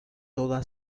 toda